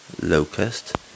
locust